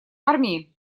армии